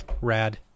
rad